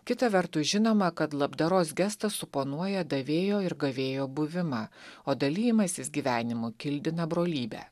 kita vertus žinoma kad labdaros gestas suponuoja davėjo ir gavėjo buvimą o dalijimasis gyvenimu kildina brolybę